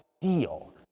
deal